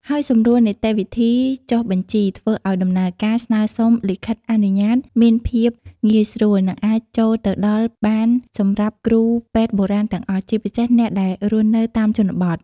ហើយសម្រួលនីតិវិធីចុះបញ្ជី ធ្វើឲ្យដំណើរការស្នើសុំលិខិតអនុញ្ញាតមានភាពងាយស្រួល និងអាចចូលទៅដល់បានសម្រាប់គ្រូពេទ្យបុរាណទាំងអស់ ជាពិសេសអ្នកដែលរស់នៅតាមជនបទ។